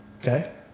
Okay